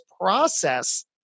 process